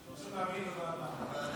הם רוצים להעביר לוועדה.